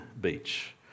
beach